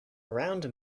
round